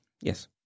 Yes